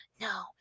no